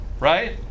Right